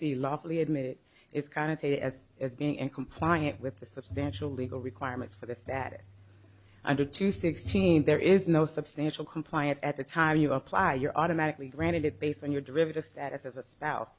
lawfully admit it's kind of stated as being and compliant with the substantial legal requirements for this that under two sixteen there is no substantial compliance at the time you apply you're automatically granted it based on your derivative status as a spouse